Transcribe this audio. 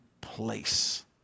place